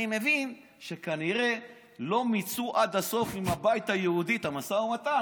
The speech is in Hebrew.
אני מבין שכנראה לא מיצו עד הסוף עם הבית היהודי את המשא ומתן.